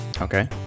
Okay